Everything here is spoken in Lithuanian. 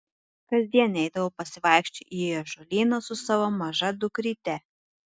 kasdien eidavau pasivaikščioti į ąžuolyną su savo maža dukryte